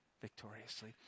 victoriously